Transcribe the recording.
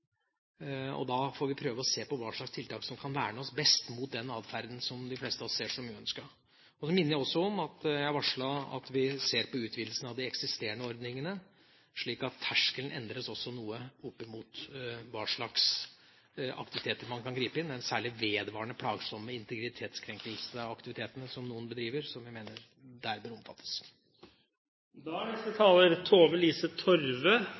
fram. Da får vi prøve å se på hva slags tiltak som kan verne oss best mot den atferden som de fleste av oss ser som uønsket. Jeg minner også om at jeg har varslet at vi ser på utvidelsen av de eksisterende ordningene, slik at terskelen også endres noe opp mot hva slags aktiviteter man kan gripe inn mot, men det er særlig vedvarende plagsomme integritetskrenkende aktiviteter som noen bedriver, som vi mener der bør omfattes.